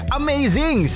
amazing